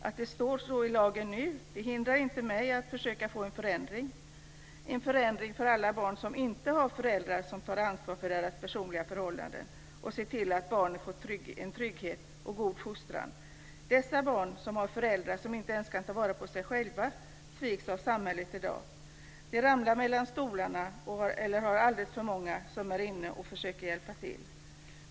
Att det står så i lagen nu hindrar inte mig att försöka få en förändring - en förändring för alla barn som inte har föräldrar som tar ansvar för deras personliga förhållanden och ser till att barnet får trygghet och en god fostran. Dessa barn, som har föräldrar som inte ens kan ta vara på sig själva, sviks av samhället i dag. De ramlar mellan stolarna eller har alldeles för många som är inne och försöker hjälpa till.